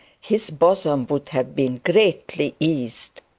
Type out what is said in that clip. his bosom would have been greatly eased.